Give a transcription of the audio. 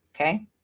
okay